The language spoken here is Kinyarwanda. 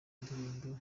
ndirimbo